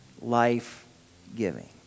life-giving